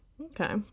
Okay